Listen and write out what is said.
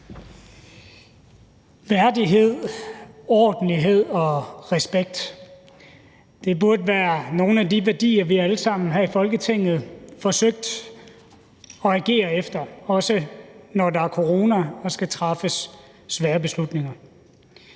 Værdighed, ordentlighed og respekt burde være nogle af de værdier, vi alle sammen her i Folketinget forsøgte at agere efter, også når der er corona og skal træffes svære beslutninger.